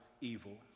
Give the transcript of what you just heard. evil